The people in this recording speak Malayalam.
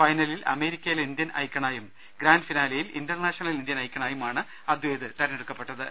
ഫൈനലിൽ അമേരിക്കയിലെ ഇന്ത്യൻ ഐക്കണായും ഗ്രാന്റ് ഫിനാലെയിൽ ഇൻറർനാഷണൽ ഇന്ത്യൻ ഐക്കണായും ആണ് അദ്വൈത് തിരഞ്ഞെടുക്കപ്പെട്ടത്